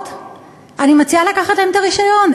אני מציעה לקחת להן את הרישיון.